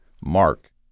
mark